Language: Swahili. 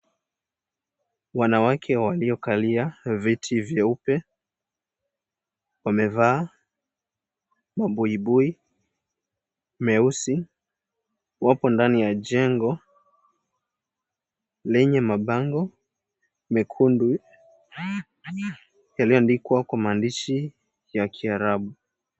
Wanawake waliokalia viti vyeupe. Wamevaa mabuibui meusi. Wapo ndani ya jengo lenye mabango mekundu yaliyoandikwa kwa maandishi ya kiarabu.